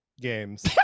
games